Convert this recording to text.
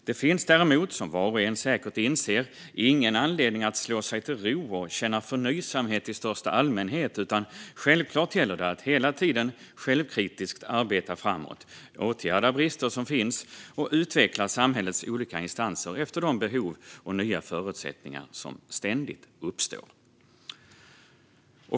Det finns däremot, som var och en säkert inser, ingen anledning att slå sig ro och känna förnöjsamhet i största allmänhet, utan självklart gäller det att hela tiden självkritiskt arbeta framåt, åtgärda brister som finns och utveckla samhällets olika instanser efter de behov och nya förutsättningar som ständigt uppstår.